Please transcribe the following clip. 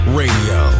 radio